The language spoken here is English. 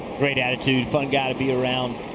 great attitude. fun guy to be around.